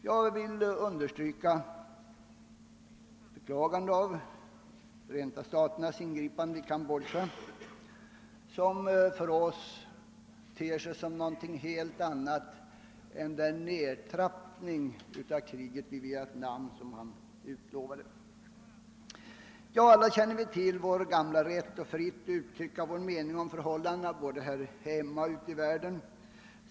Jag vill understryka att jag beklagar Förenta staternas ingripande i Kambodja, som för oss ter sig som någonting helt annat än den nedtrappning av kriget i Vietnam som man utlovat. Alla känner vi till att vi har en gammal rätt att fritt ge uttryck för vår mening om förhållandena både här hemma och ute i världen.